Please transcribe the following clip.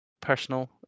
Personal